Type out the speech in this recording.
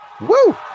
Woo